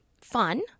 fun